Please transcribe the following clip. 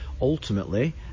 ultimately